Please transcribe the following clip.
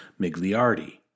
Migliardi